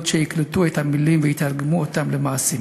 שיקלטו את המילים ויתרגמו אותן למעשים